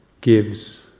gives